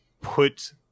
put